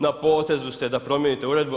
Na potezu ste da promijenite uredbu.